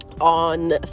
on